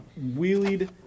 wheelied